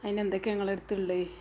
അയിനെന്തൊക്കെയാണ് നിങ്ങളുടെ അടുത്തുള്ളത്